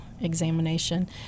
examination